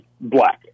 black